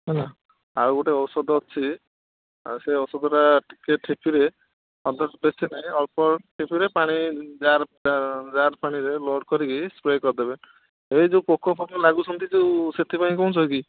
ହେଲା ଆଉ ଗୋଟେ ଔଷଧ ଅଛି ଆଉ ସେ ଔଷଧଟା ଟିକେ ଠିପିରେ ଅଧ ବେଶୀ ନାହିଁ ଅଳ୍ପ ଠିପିରେ ପାଣି ଜାର୍ ଜାର୍ ପାଣିରେ ଲୋଡ଼୍ କରିକି ସ୍ପ୍ରେ କରିଦେବେ ଏ ଯେଉଁ ପୋକ ଫୋକ ଲାଗୁଛନ୍ତି ଯେଉଁ ସେଥିପାଇଁ କହୁଛ କି